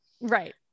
Right